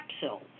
capsule